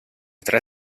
tre